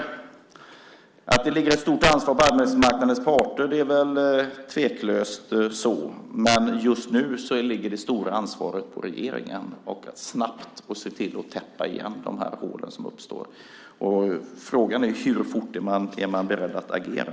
Det är väl tveklöst så att det ligger ett stort ansvar på arbetsmarknadens parter, men just nu ligger det stora ansvaret på regeringen att snabbt se till att täppa igen de hål som uppstår. Frågan är: Hur fort är man beredd att agera?